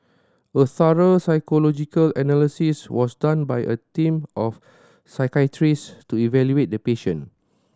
a thorough psychological analysis was done by a team of psychiatrist to evaluate the patient